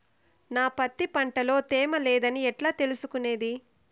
నా పత్తి పంట లో తేమ లేదని ఎట్లా తెలుసుకునేది?